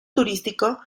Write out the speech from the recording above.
turístico